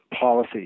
policy